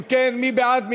אם כן, מי בעד?